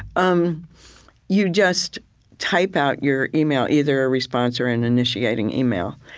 um you just type out your email, either a response or an initiating email.